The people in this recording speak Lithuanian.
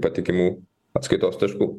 patikimų atskaitos taškų